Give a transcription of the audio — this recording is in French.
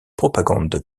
propagande